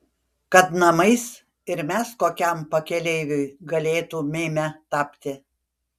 kad namais ir mes kokiam pakeleiviui galėtumėme tapti